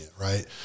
right